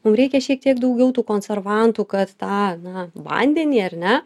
mum reikia šiek tiek daugiau tų konservantų kad tą na vandenį ar ne